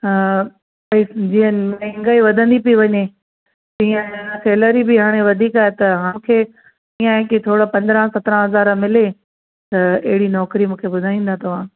हा भई जीअं महांगाई वधंदी पइ वञे तीअं सैलरी बि हाणे वधीक आहे त हाणे मूंखे ईअं आहे की थोरो पंद्रहं सत्रहं हज़ार मिले त अहिड़ी नौकिरी मूंखे ॿुधाईंदा तव्हां